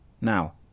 Now